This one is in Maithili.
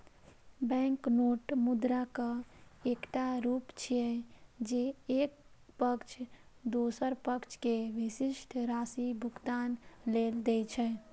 बैंकनोट मुद्राक एकटा रूप छियै, जे एक पक्ष दोसर पक्ष कें विशिष्ट राशि भुगतान लेल दै छै